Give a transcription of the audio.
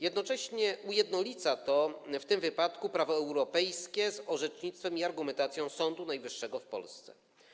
Jednocześnie ujednolica to w tym wypadku prawo europejskie z orzecznictwem i argumentacją Sądu Najwyższego w Polsce.